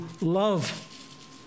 love